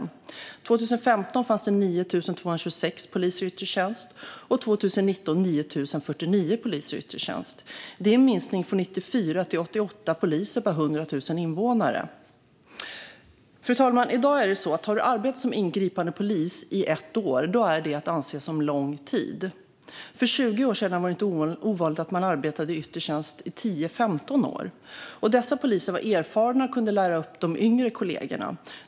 År 2015 fanns det 9 226 poliser i yttre tjänst, och 2019 fanns det 9 049 poliser i yttre tjänst. Det är en minskning från 94 till 88 poliser per 100 000 invånare. Fru talman! I dag är det så att det anses som lång tid om man har arbetat som ingripandepolis i ett år. För 20 år sedan var det inte ovanligt att arbeta i yttre tjänst i 10-15 år. Dessa poliser var erfarna och kunde lära upp de yngre kollegorna.